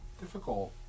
difficult